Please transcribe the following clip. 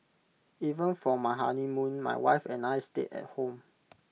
even for my honeymoon my wife and I stayed at home